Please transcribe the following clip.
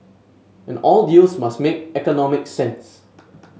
and all deals must make economic sense